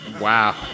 Wow